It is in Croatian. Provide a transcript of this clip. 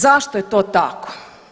Zašto je to tako?